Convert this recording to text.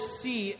see